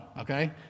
okay